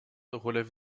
relève